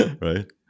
Right